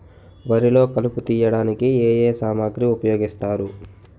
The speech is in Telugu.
వరిలో కలుపు తియ్యడానికి ఏ ఏ సామాగ్రి ఉపయోగిస్తారు?